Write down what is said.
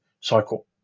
cycle